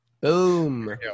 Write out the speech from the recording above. Boom